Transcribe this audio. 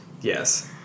Yes